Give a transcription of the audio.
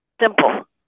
Simple